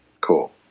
Cool